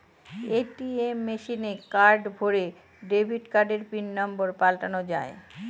ATM মেশিনে card ভোরে debit কার্ডের পিন নম্বর পাল্টানো যায়